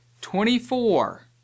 Twenty-four